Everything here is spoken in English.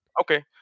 Okay